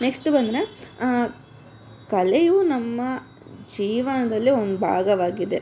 next ಬಂದರೆ ಕಲೆಯು ನಮ್ಮ ಜೀವನದಲ್ಲಿ ಒಂದು ಭಾಗವಾಗಿದೆ